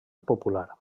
popular